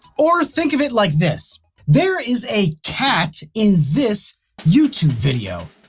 or think of it like this there is a cat in this youtube video.